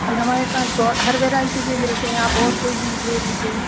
जी हमारे पास तो हर वैरायटी के मिलते हैं आप और कोई भी ले लीजिए